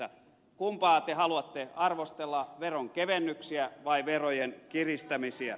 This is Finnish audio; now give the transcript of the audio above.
kumpaa te haluatte arvostella veronkevennyksiä vai verojen kiristämisiä